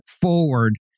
forward